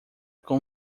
com